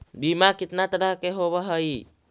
बीमा कितना तरह के होव हइ?